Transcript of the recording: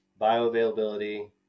bioavailability